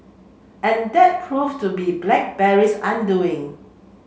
and that proved to be BlackBerry's undoing